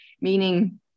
Meaning